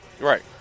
Right